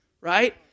right